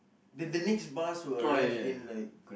then the next bus will arrive in like